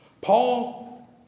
Paul